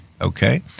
Okay